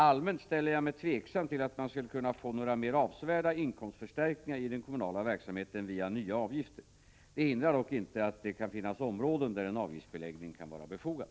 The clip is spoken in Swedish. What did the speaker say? Allmänt ställer jag mig tveksam till att man skulle kunna få några mer avsevärda inkomstförstärkningar i den kommunala verksamheten via nya avgifter. Det hindrar dock inte att det kan finnas områden där en avgiftsbeläggning kan vara befogad.